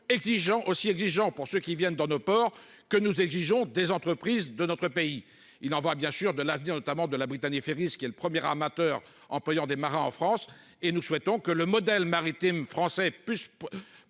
aussi exigeant pour ceux qui viennent dans nos ports que nous exigeons des entreprises de notre pays, il envoie bien sûr de l'avenir, notamment de la Brittany Ferries, ce qui est le premier amateur employant des marins en France et nous souhaitons que le modèle maritime français plus